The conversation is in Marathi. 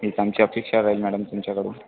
हीच आमची अपेक्षा राहील मॅडम तुमच्याकडून